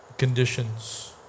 conditions